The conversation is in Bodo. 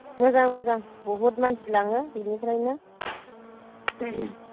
मोजां मोजां बहुत मानसि लाङो बेनिफ्रायनो